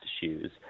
shoes